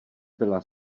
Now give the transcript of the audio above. byla